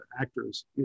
actors